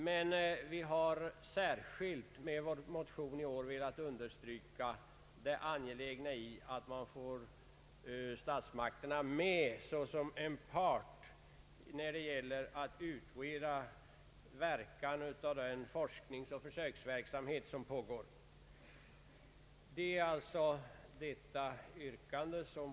Men vi har i vår motion i år särskilt velat understryka det angelägna i att man får statsmakterna med såsom en part när det gäller att utreda verkan av den försöksverksamhet som pågår. Herr talman!